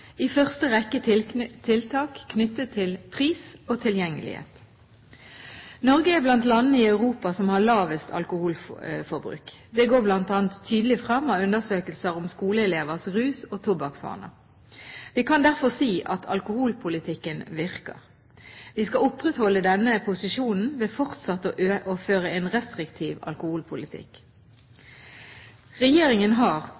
i første rekke tiltak knyttet til pris og tilgjengelighet. Norge er blant de landene i Europa som har lavest alkoholforbruk. Det går bl.a. tydelig frem av undersøkelser om skoleelevers rus- og tobakksvaner. Vi kan derfor si at alkoholpolitikken virker. Vi skal opprettholde denne posisjonen ved fortsatt å føre en restriktiv alkoholpolitikk. Regjeringen har